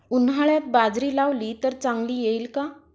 उन्हाळ्यात बाजरी लावली तर चांगली येईल का?